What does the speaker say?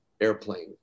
airplane